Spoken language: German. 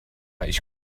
ich